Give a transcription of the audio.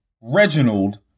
Reginald